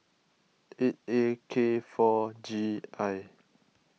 eight A K four G I